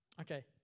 Okay